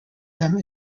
them